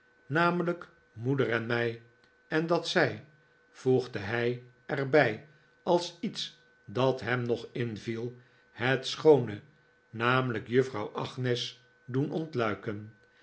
namelijk moeder en mij en dat zij voegde hij er bij als iets dat hem nog inviel het schoone namelijk juffrouw agnes doen ontluiken